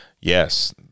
Yes